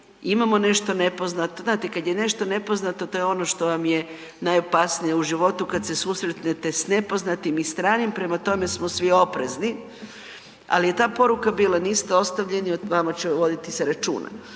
imamo nešto nepoznato, znate kada je nešto nepoznato to vam je ono što je najopasnije u životu kada se susretnete s nepoznatim i stranim, prema tome smo svi oprezni, ali ta poruka je bila niste ostavljeni, o vama će se voditi računa.